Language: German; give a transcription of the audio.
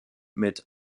mit